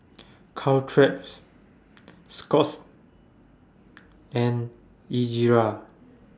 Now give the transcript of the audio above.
Caltrate's Scott's and Ezerra